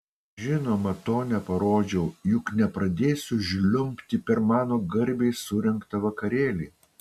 žinoma to neparodžiau juk nepradėsiu žliumbti per mano garbei surengtą vakarėlį